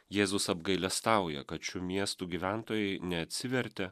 jėzus apgailestauja kad šių miestų gyventojai neatsivertė